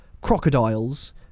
crocodiles